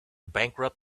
bankrupt